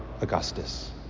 Augustus